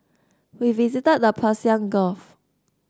we visited the Persian Gulf